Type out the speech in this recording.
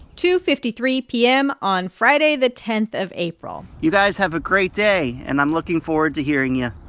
two fifty three p m. on friday the ten of april you guys have a great day, and i'm looking forward to hearing you